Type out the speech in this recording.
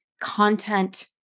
content